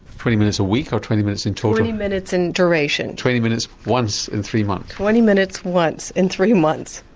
twenty minutes a week or twenty minutes in total? twenty minutes in duration. twenty minutes once in three months? twenty minutes once in three months,